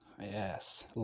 Yes